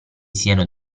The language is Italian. siano